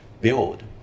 build